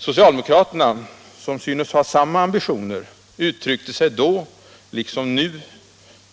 Socialdemokraterna, som synes ha samma ambitioner, uttryckte sig då — liksom nu —